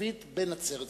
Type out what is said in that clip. ערבית בנצרת,